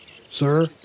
Sir